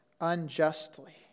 unjustly